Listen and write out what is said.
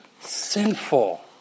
sinful